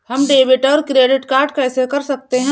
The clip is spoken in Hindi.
हम डेबिटऔर क्रेडिट कैसे कर सकते हैं?